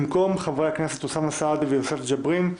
במקום חברי הכנסת אוסאמה סעדי ויוסף ג'בארין,